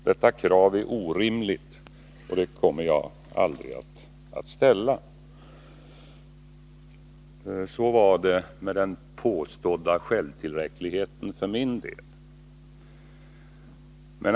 Det är ett orimligt krav, som jag aldrig kommer att ställa. Så var det med den påstådda självtillräckligheten för min del.